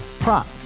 Prop